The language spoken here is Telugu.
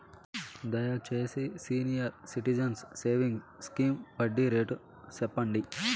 దయచేసి సీనియర్ సిటిజన్స్ సేవింగ్స్ స్కీమ్ వడ్డీ రేటు సెప్పండి